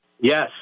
Yes